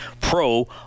Pro